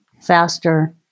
faster